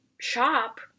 shop